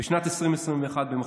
לא השבת.